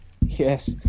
Yes